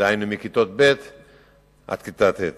דהיינו מכיתה ב' ועד כיתה ט',